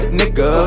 nigga